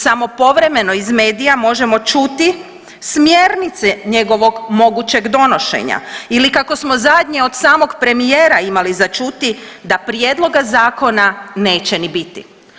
Samo povremeno iz medija možemo čuti smjernice njegovog donošenja ili kako smo zadnje od samog premijera imali za čuti da prijedloga zakona neće ni biti.